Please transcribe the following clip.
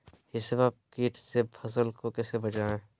हिसबा किट से फसल को कैसे बचाए?